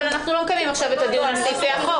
אבל אנחנו לא מקיימים עכשיו את הדיון על סעיפי החוק,